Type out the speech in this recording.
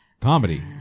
comedy